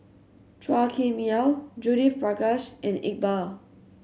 Chua Kim Yeow Judith Prakash and Iqbal